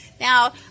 Now